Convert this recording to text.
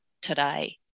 today